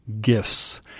gifts